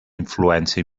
influència